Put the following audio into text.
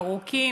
ארוכים.